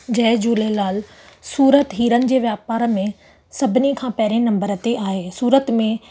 जय झूलेलाल सूरत हीरनि जे वापार में सभिनि खां पहिरें नंबर ते आहे सूरत में